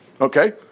Okay